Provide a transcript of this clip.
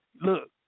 look